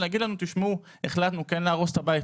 להגיד החלטנו להרוס את הבית,